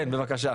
כן, בבקשה.